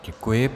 Děkuji.